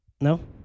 No